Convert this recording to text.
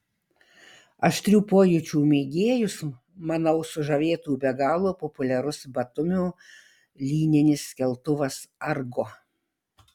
aštrių pojūčių mėgėjus manau sužavėtų be galo populiarus batumio lyninis keltuvas argo